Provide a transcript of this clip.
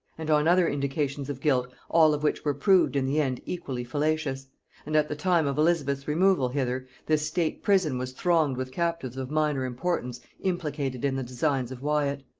and on other indications of guilt, all of which were proved in the end equally fallacious and at the time of elizabeth's removal hither this state-prison was thronged with captives of minor importance implicated in the designs of wyat.